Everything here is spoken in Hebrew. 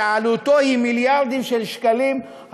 שעלותו היא מיליארדים של שקלים,